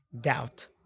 doubt